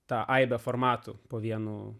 tą aibę formatų po vienu